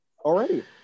already